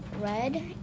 red